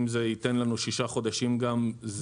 אם זה ייתן לנו ששה חודשים גם,